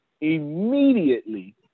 immediately